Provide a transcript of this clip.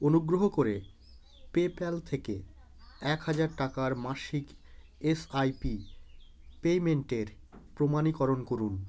অনুগ্রহ করে পেপ্যাল থেকে এক হাজার টাকার মাসিক এসআইপি পেমেন্টের প্রমাণীকরণ করুন